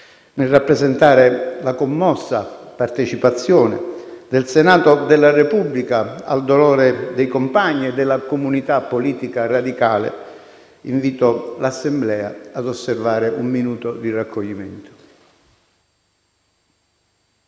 Nel rappresentare la commossa partecipazione del Senato della Repubblica al dolore dei compagni e della comunità politica radicale, invito l'Assemblea ad osservare un minuto di raccoglimento.